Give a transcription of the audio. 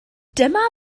dyma